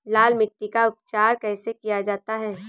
लाल मिट्टी का उपचार कैसे किया जाता है?